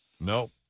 nope